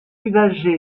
usagers